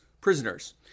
prisoners